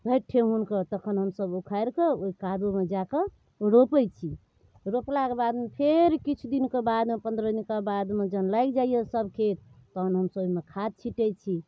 भरि ठेहुन कऽ तखनि हमसब उखारि कऽ ओहि कादोमे जाके रोपैत छी रोपलाके बादमे फेर किछु दिनके बादमे पन्द्रह दिनका बादमे जहन लागि जाइए सब खेत तहन हमसब ओहिमे खाद छीटैत छी